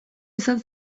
izan